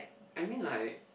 I mean like